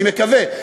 אני מקווה,